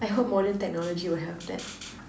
I hope modern technology will have that